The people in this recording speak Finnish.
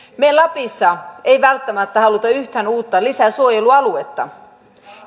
me lapissa emme välttämättä halua yhtään uutta suojelualuetta